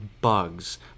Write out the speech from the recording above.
bugs